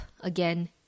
again